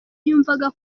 yumvaga